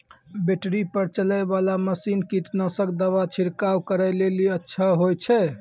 Battery पर चलै वाला मसीन कीटनासक दवा छिड़काव करै लेली अच्छा होय छै?